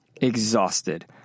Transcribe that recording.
exhausted